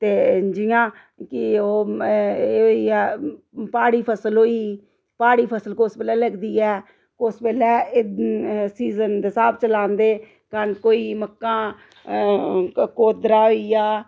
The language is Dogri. ते जियां कि ओह् एह् होई गेआ प्हाड़ी फसल होई गेई प्हाड़ी फसल कुस बेल्लै लगदी ऐ कुस बेल्लै एह् सीजन दे स्हाब च लांदे कनक होई गेई मक्कां कोदरा होई गेआ